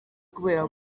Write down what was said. kubera